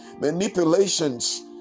manipulations